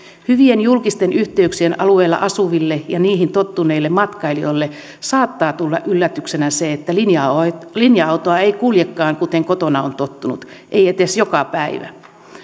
hyvien julkisten yhteyksien alueella asuville ja niihin tottuneille matkailijoille saattaa tulla yllätyksenä se että linja auto ei kuljekaan kuten kotona on tottunut ei edes joka päivä